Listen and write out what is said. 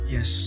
Yes